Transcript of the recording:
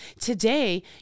today